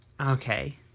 okay